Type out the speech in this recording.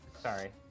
sorry